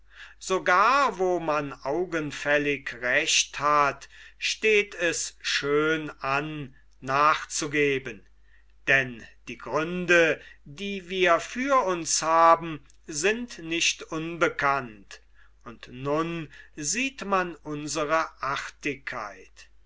sogar wo man augenfällig recht hat steht es schön an nachzugeben denn die gründe die wir für uns haben sind nicht unbekannt und nun sieht man unsre artigkeit